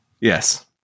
Yes